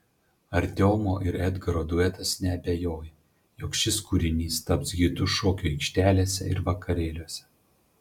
artiomo ir edgaro duetas neabejoja jog šis kūrinys taps hitu šokių aikštelėse ir vakarėliuose